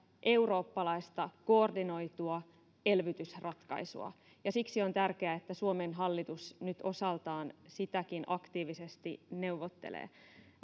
eurooppalaista koordinoitua elvytysratkaisua siksi on tärkeää että suomen hallitus nyt osaltaan sitäkin aktiivisesti neuvottelee